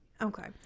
Okay